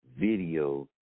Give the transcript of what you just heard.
video